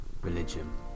religion